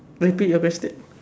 repeat your question